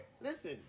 Listen